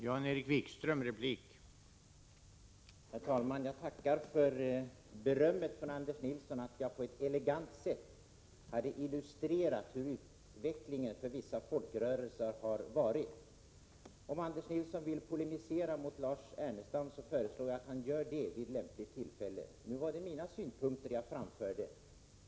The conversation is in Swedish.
Herr talman! Jag tackar för berömmet från Anders Nilsson att jag på ett elegant sätt hade illustrerat utvecklingen för dessa folkrörelser. Om Anders Nilsson vill polemisera mot Lars Ernestam föreslår jag att han gör det vid lämpligt tillfälle. Nu var det mina synpunkter jag framförde.